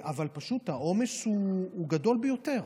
אבל העומס הוא גדול ביותר.